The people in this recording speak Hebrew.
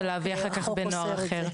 ואז כמובן להביא נער אחר.